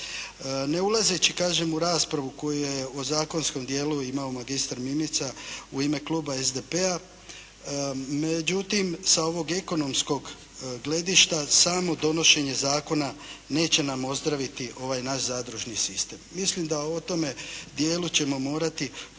Ne ulazeći kažem u raspravu koju je u zakonskom dijelu imao magistar Mimica u ime kluba SDP-a, međutim sa ovog ekonomskog gledišta samo donošenje zakona neće nam ozdraviti ovaj naš zadružni sistem. Mislim da o tome dijelu ćemo morati u